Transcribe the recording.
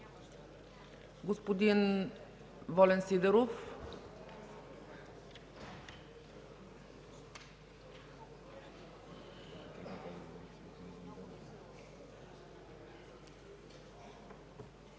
Господин Волен Сидеров.